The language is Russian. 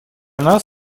нас